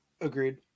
Agreed